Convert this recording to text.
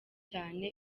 cyane